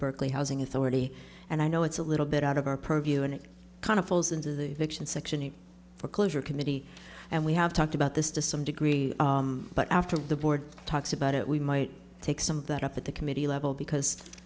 berkeley housing authority and i know it's a little bit out of our provia and it kind of falls into the fiction section for closure committee and we have talked about this to some degree but after the board talks about it we might take some of that up at the committee level because